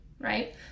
right